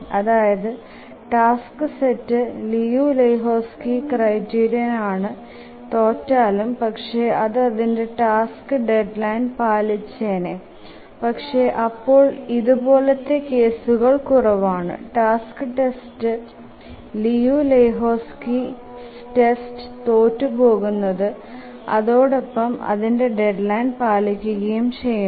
അതായത് task set ലിയു ലഹോക്സ്ക്യ് ക്രൈറ്റീരിയോണ് തോറ്റാലും പക്ഷെ അതു അതിന്ടെ ടാസ്ക് ഡെഡ്ലൈൻ പാലിച്ചേനെ പക്ഷെ അപ്പോൾ ഇതുപോലത്തെ കേസുകൾ കുറവാണ് ടാസ്ക് സെറ്റ് ലിയു ലഹോക്സ്ക്യ് ടെസ്റ്റ് തോറ്റു പോകുന്നത് അതോടൊപ്പം അതിന്ടെ ഡെഡ്ലൈൻ പാലിക്കുകയും ചെയുന്നു